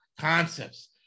concepts